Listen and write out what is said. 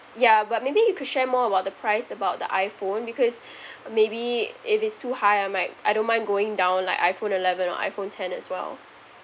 yeah but maybe you could share more about the price about the iphone because maybe if it's too high I might I don't mind going down like iphone eleven or iphone ten as well